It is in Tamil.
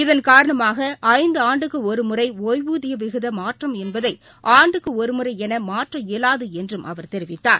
இதன் காரணமாகஐந்துஆண்டுக்குஒருமுறைஓய்வூதியவிகிதமாற்றம் என்பதைஆண்டுக்குஒருமுறைஎனமாற்ற இயலாதுஎன்றும் அவர் தெரிவித்தார்